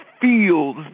feels